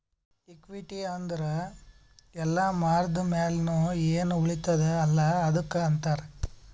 equity ಅಂದುರ್ ಎಲ್ಲಾ ಮಾರ್ದ ಮ್ಯಾಲ್ನು ಎನ್ ಉಳಿತ್ತುದ ಅಲ್ಲಾ ಅದ್ದುಕ್ ಅಂತಾರ್